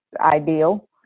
ideal